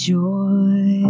Joy